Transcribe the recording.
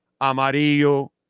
amarillo